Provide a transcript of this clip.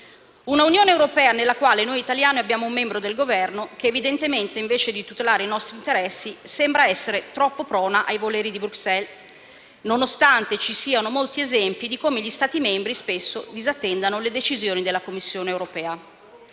Un'Unione europea nella quale noi italiani abbiamo un membro del Governo che, evidentemente, invece di tutelare i nostri interessi, sembra essere troppo prono ai voleri di Bruxelles, nonostante ci siano molti esempi di come gli Stati membri, spesso, disattendano le decisioni della Commissione europea.